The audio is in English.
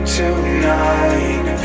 tonight